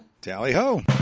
Tally-ho